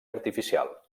artificial